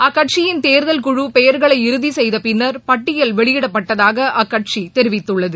அக்கட்சியன் தேர்தல் குழு பெயர்களை இறுதி செய்த பின்னர் பட்டியல் வெளியிடப்பட்டதாக அக்கட்சி தெரிவித்துள்ளது